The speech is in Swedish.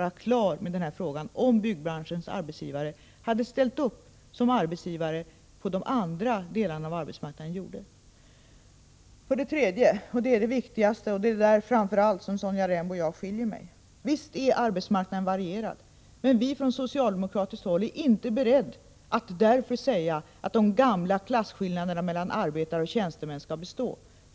att bli färdig med denna fråga, om byggnadsbranschens arbetsgivare hade ställt upp på det sätt som arbetsgivare inom övriga delar inom arbetsmarknaden gjorde. För det tredje: Denna punkt är den viktigaste, och det är där Sonja Rembo och jag skiljer oss åt. Visst är arbetsmarknaden varierad. Men vi socialdemokrater är inte beredda att av den anledningen säga att de gamla klasskillnaderna mellan arbetare och tjänstemän skall bestå.